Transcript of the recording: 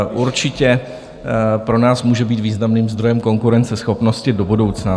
Určitě pro nás může být významným zdrojem konkurenceschopnosti do budoucna.